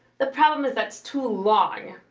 the problem is that's too long.